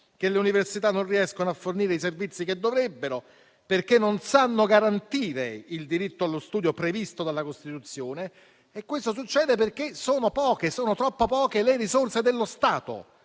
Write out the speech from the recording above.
che le università non riescano a fornire i servizi che dovrebbero, perché non sanno garantire il diritto allo studio previsto dalla Costituzione. Questo succede perché le risorse dello Stato